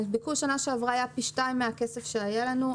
בשנה שעברה הביקוש היה פי שניים מהכסף שהיה לנו.